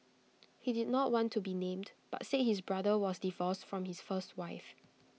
he did not want to be named but said his brother was divorced from his first wife